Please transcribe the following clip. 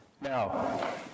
Now